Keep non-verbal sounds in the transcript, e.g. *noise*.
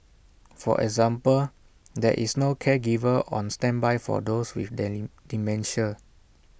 for example there is no caregiver on standby for those with *unintelligible* dementia